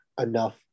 enough